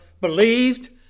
believed